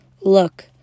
Look